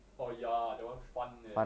orh ya that one fun leh